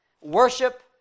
Worship